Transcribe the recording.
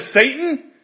Satan